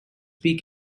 beak